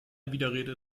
widerrede